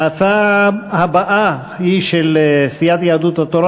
ההצעה הבאה היא של סיעת יהדות התורה.